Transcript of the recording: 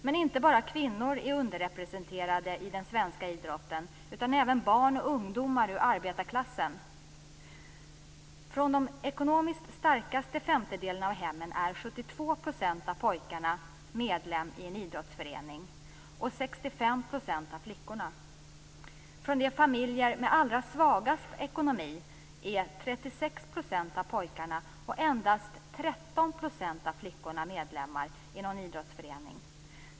Men inte bara kvinnor är underrepresenterade i den svenska idrotten, utan även barn och ungdomar ur arbetarklassen. Från den ekonomiskt starkaste femtedelen av hemmen är 72 % av pojkarna medlemmar i en idrottsförening och 65 % av flickorna. Från de familjer med allra svagast ekonomi är 36 % av pojkarna och endast 13 % av flickorna medlemmar i någon idrottsförening.